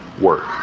work